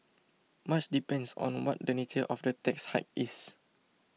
much depends on what the nature of the tax hike is